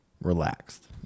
relaxed